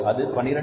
அது 12